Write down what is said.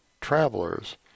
travelers